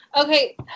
Okay